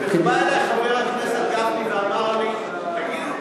ובא אלי חבר הכנסת גפני ואמר לי: תגיד,